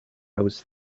was